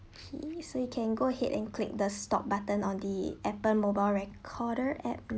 K so you can go ahead and click the stop button on the appen mobile recorder at